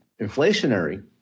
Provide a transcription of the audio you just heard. inflationary